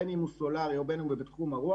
בין אם הוא סולארי ובין אם הוא בתחום הרוח,